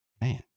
man